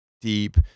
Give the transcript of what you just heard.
deep